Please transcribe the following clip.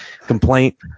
complaint